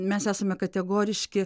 mes esame kategoriški